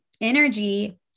energy